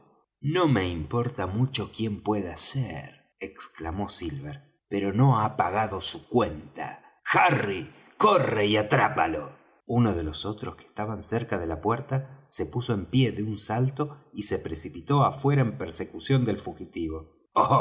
no me importa mucho quien pueda ser exclamó silver pero no ha pagado su cuenta harry corre y atrápalo uno de los otros que estaban cerca de la puerta se puso en pie de un salto y se precipitó afuera en persecución del fugitivo